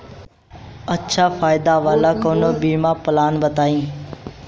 अच्छा फायदा वाला कवनो बीमा पलान बताईं?